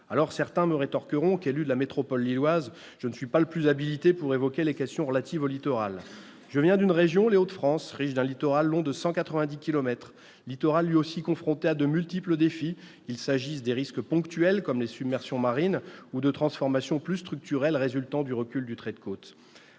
Certains me rétorqueront qu'en tant qu'élu de la métropole lilloise, je ne suis pas le plus habilité pour évoquer les questions relatives au littoral. Je viens d'une région, les Hauts-de-France, riche d'un littoral long de 190 kilomètres, soumis à de multiples défis, qu'il s'agisse des risques ponctuels comme les submersions marines ou de transformations plus structurelles résultant du recul du trait de côte.